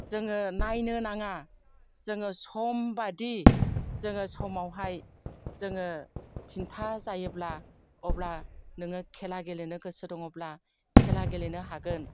जोङो नायनो नाङा जोङो समबादि जोङो समावहाय जोङो तिनथा जायोब्ला अब्ला नोङो खेला गेलेनो गोसो दङब्ला खेला गेलेनो हागोन